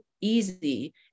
easy